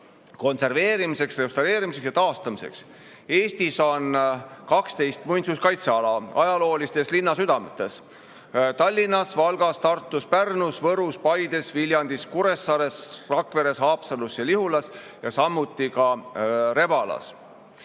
konserveerimiseks, restaureerimiseks ja taastamiseks. Eestis on 12 muinsuskaitseala: ajaloolistes linnasüdametes Tallinnas, Valgas, Tartus, Pärnus, Võrus, Paides, Viljandis, Kuressaares, Rakveres, Haapsalus ja Lihulas ning samuti Rebalas.